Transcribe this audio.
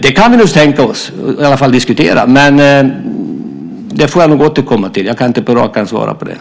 Vi kan nog tänka oss att diskutera det. Jag får lov att återkomma eftersom jag på rak arm inte kan svara.